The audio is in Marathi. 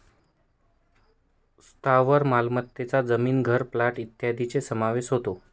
स्थावर मालमत्तेत जमीन, घर, प्लॉट इत्यादींचा समावेश होतो